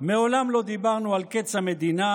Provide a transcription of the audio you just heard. מעולם לא דיברנו על קץ המדינה,